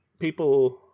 people